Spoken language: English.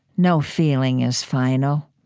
no feeling is final.